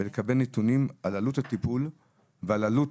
ולקבל נתונים על עלות הטיפול ועל העלות